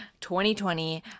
2020